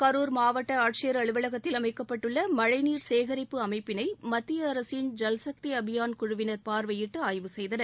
கரூர் மாவட்ட ஆட்சியர் அலுவலகத்தில் அமைக்கப்பட்டுள்ள மழை நீர் சேகரிப்பு அமைப்பினை மத்திய அரசின் ஜல்சக்தி அபியான் குழுவினர் பார்வையிட்டு ஆய்வு செய்தனர்